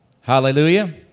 Hallelujah